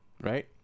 right